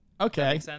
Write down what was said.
Okay